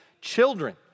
children